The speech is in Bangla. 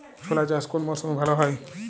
ছোলা চাষ কোন মরশুমে ভালো হয়?